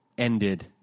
ended